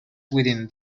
within